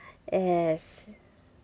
yes